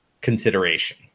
consideration